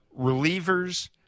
relievers